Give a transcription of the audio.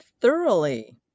thoroughly